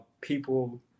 people